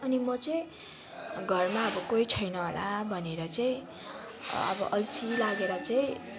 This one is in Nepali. अनि म चाहिँ घरमा अब कोही छैन होला भनेर चाहिँ अब अल्छी लागेर चाहिँ